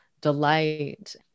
delight